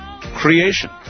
creation